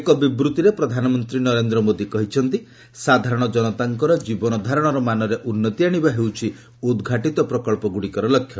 ଏକ ବିବୃଭିରେ ପ୍ରଧାନମନ୍ତ୍ରୀ ନରେନ୍ଦ୍ର ମୋଦି କହିଛନ୍ତି ସାଧାରଣ ଜନତାଙ୍କର ଜୀବନଧାରଣର ମାନରେ ଉନ୍ନତି ଆଣିବା ହେଉଛି ଉଦ୍ଘାଟିତ ପ୍ରକଳ୍ପଗୁଡ଼ିକର ଲକ୍ଷ୍ୟ